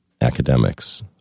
academics